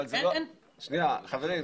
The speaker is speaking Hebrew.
חברים,